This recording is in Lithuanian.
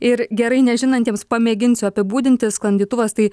ir gerai nežinantiems pamėginsiu apibūdinti sklandytuvas tai